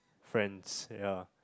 friends yeah